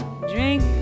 Drink